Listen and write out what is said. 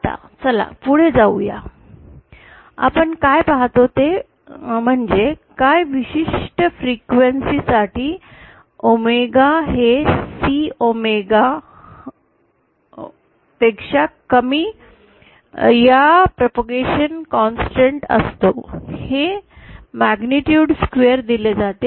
आता चला पुढे जाऊया आपण काय पाहतो ते म्हणजे काही विशिष्ट वारंवारते साठी ओमेगा हे ओमेगा C पेक्षा कमी आहे हा प्रापगैशन कॉन्सेंटेंट असतो हे मैग्निटूड स्क्वेर दिले जाते